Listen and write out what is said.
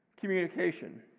communication